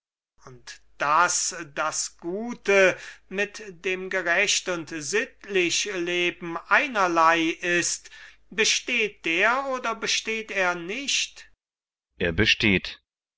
und daß das gut leben mit dem gerecht und sittlich leben einerlei ist besteht der oder besteht er nicht kriton er besteht